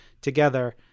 together